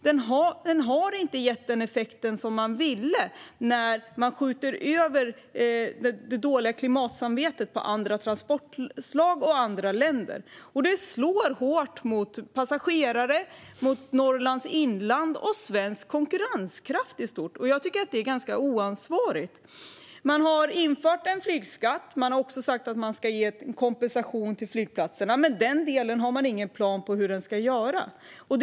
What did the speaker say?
Den har inte gett den effekt man ville uppnå när man sköt över det dåliga klimatsamvetet på andra transportslag och andra länder. Den slår hårt mot passagerare, mot Norrlands inland och mot svensk konkurrenskraft i stort. Jag tycker att det är ganska oansvarigt. Regeringen har infört en flygskatt. Man har också sagt att man ska ge kompensation till flygplatserna, men den delen har man ingen plan för när det gäller hur den ska genomföras.